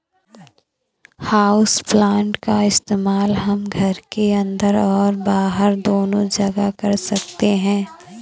houseplant का इस्तेमाल हम घर के अंदर और बाहर दोनों जगह कर सकते हैं